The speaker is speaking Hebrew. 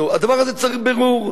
הדבר הזה צריך בירור.